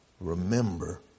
Remember